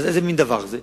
איזה מין דבר זה?